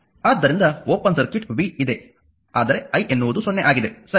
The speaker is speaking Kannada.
ಆದ್ದರಿಂದ ಓಪನ್ ಸರ್ಕ್ಯೂಟ್ V ಇದೆ ಆದರೆ i ಎನ್ನುವುದು 0 ಆಗಿದೆ ಸರಿ